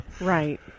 Right